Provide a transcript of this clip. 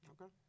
Okay